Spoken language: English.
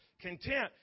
Content